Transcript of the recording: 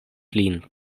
lin